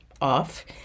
off